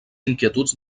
inquietuds